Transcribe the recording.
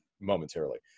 momentarily